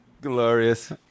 Glorious